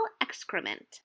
excrement